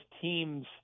team's